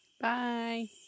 Bye